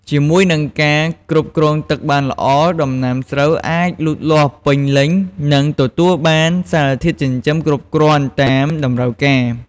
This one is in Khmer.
ជាមួយនឹងការគ្រប់គ្រងទឹកបានល្អ ដំណាំស្រូវអាចលូតលាស់ពេញលេញ និងទទួលបានសារធាតុចិញ្ចឹមគ្រប់គ្រាន់តាមតម្រូវការ។